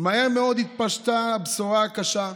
מהר מאוד התפשטה הבשורה הקשה: